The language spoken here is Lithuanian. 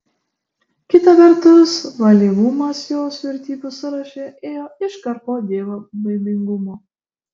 kita vertus valyvumas jos vertybių sąraše ėjo iškart po dievobaimingumo